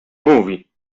mówi